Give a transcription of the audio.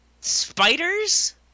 Spiders